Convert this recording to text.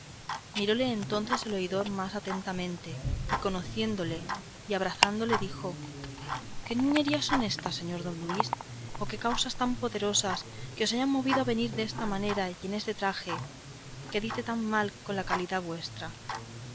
miróle entonces el oidor más atentamente y conocióle y abrazándole dijo qué niñerías son éstas señor don luis o qué causas tan poderosas que os hayan movido a venir desta manera y en este traje que dice tan mal con la calidad vuestra